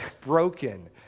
broken